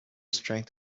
strength